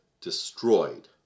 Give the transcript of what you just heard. destroyed